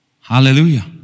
Hallelujah